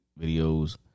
videos